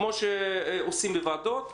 כפי שעושים בוועדות,